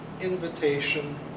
invitation